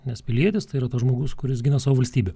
nes pilietis tai yra tas žmogus kuris gina savo valstybę